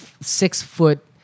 six-foot